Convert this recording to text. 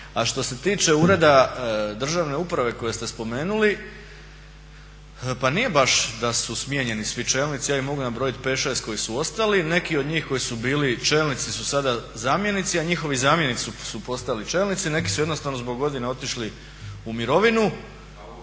A što se tiče Ureda državne uprave koje ste spomenuli, pa nije baš da su smijenjeni svi čelnici, ja ih mogu nabrojati 5, 6 koji su ostali, neki od njih koji su bili čelnici su sada zamjenici a njihovi zamjenici su postali čelnici. Neki su jednostavno zbog godina otišli u mirovinu.